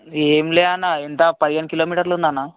ఏమి లేదు అన్న ఎంత పదిహేను కిలోమీటర్లు ఉంది అన్న